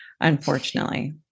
unfortunately